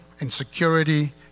insecurity